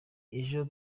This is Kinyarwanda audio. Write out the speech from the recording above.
ejo